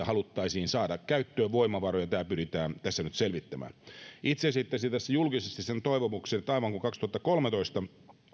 haluttaisiin saada käyttöön voimavaroja ja tämä pyritään tässä nyt selvittämään itse esittäisin tässä julkisesti sen toivomuksen että aivan kuin kaksituhattakolmetoista